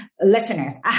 listener